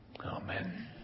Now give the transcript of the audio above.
Amen